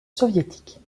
soviétiques